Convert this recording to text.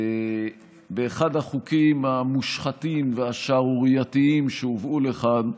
באחד החוקים המושחתים והשערורייתיים שהובאו לכאן,